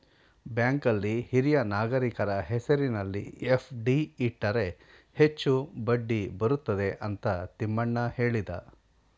ಬ್ಯಾಂಕಲ್ಲಿ ಹಿರಿಯ ನಾಗರಿಕರ ಹೆಸರಿನಲ್ಲಿ ಎಫ್.ಡಿ ಇಟ್ಟರೆ ಹೆಚ್ಚು ಬಡ್ಡಿ ಬರುತ್ತದೆ ಅಂತ ತಿಮ್ಮಣ್ಣ ಹೇಳಿದ